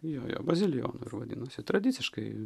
jo jo bazilijonų ir vadinosi tradiciškai